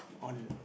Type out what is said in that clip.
on